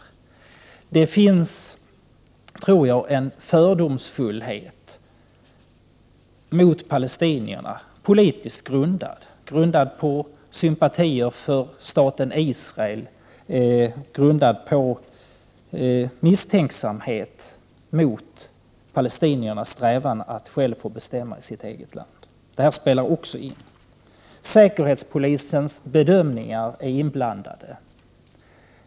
Jag tror att det finns en politiskt grundad fördomsfullhet mot palestinier. Den kan också vara grundad på sympatier för staten Israel och på misstänksamhet mot palestiniernas strävan att själva få bestämma i sitt eget land. Säkerhetspolisens bedömningar är inblandade.